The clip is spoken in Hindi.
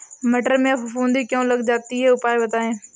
मटर में फफूंदी क्यो लग जाती है उपाय बताएं?